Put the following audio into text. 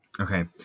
Okay